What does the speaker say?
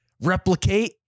Replicate